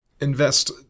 invest